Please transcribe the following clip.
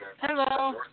Hello